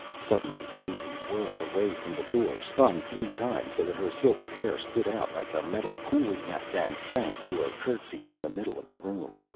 suddenly daisy whirled away from the door, spun three times so that her silvered hair stood out like a metal coolie hat, and sank to a curtsey in the middle of the room.